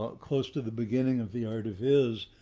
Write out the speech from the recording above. ah close to the beginning of the art of his,